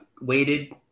weighted